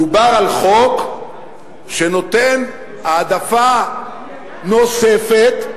דובר על חוק שנותן העדפה נוספת,